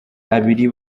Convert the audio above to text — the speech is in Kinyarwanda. abiri